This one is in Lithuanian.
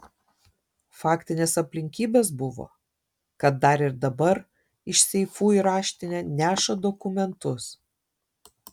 faktinės aplinkybės buvo kad dar ir dabar iš seifų į raštinę neša dokumentus